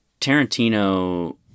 Tarantino